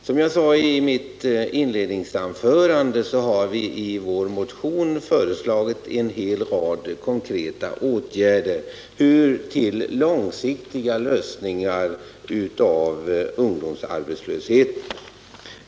Som jag sade i mitt inledningsanförande har vi i vår motion föreslagit en hel rad konkreta åtgärder till en långsiktig lösning av ungdomsarbetslösheten.